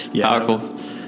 powerful